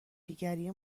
گری